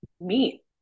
meat